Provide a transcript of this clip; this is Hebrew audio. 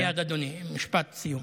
מייד, אדוני, משפט סיום.